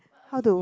how to